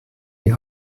die